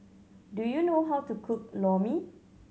do you know how to cook Lor Mee